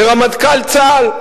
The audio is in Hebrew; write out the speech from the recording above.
לרמטכ"ל צה"ל.